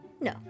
No